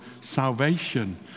salvation